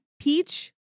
peach